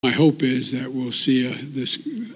My hope is that we’ll see, ah, this